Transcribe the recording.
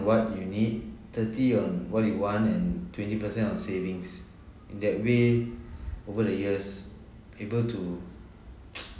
what you need thirty on what you want and twenty per cent on savings in that way over the years able to